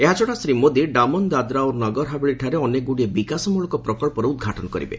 ଏହାଛଡା ଶ୍ରୀ ମୋଦି ଡାମନ୍ ଦାଦ୍ରା ଓ ନଗର ହାବେଳିଠାରେ ଅନେକ ଗୁଡ଼ିଏ ବିକାଶମଳକ ପ୍ରକଳ୍ପର ଉଦ୍ଘାଟନ କରିବେ